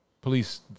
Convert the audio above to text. police